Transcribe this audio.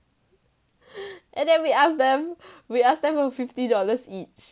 and then we ask them we ask them for fifty dollars each